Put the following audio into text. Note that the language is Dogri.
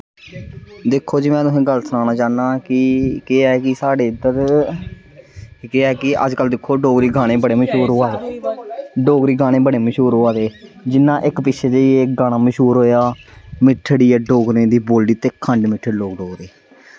दिक्खो जी में तुसें गल्ल सनाना चाह्नां कि केह् ऐ की साढ़े इद्धर केह् ऐ कि अजकल्ल दिक्खो डोगरी गाने बड़े मश्हूर होआ दे डोगरी गाने बड़े मश्हूर होआ दे जियां इक पिच्छे जेही इक गाना मशहूर होया मिट्ठड़ी ऐ डोगरें दी बोल्ली ते खंड मिट्ठे लोक डोगरे